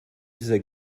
dieser